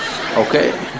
okay